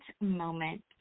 moment